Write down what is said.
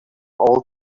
all